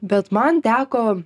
bet man teko